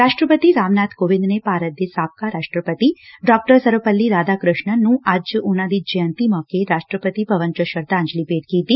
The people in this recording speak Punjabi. ਰਾਸਟਰਪਤੀ ਰਾਮ ਨਾਬ ਕੋਵਿੰਦ ਨੇ ਭਾਰਤ ਦੇ ਸਾਬਕਾ ਰਾਸਟਰਪਤੀ ਡਾਕਟਰ ਸਰਵਪਲੀ ਰਾਧਾ ਕ੍ਰਿਸਨਨ ਨੂੰ ਉਨ੍ਹਾ ਦੀ ਜੈਯੰਤੀ ਮੌਕੇ ਅੱਜ ਰਾਸ਼ਟਰਪਤੀ ਭਵਨ ਚ ਸ਼ਰਧਾਜਲੀ ਭੇਂਟ ਕੀਤੀ